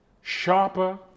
Sharper